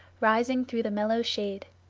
rising through the mellow shade,